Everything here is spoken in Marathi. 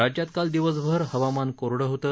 राज्यात काल दिवसभर हवामान कोरडं होतं